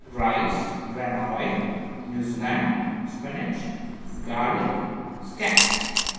rice bran oil New Zealand spinach garlic scapes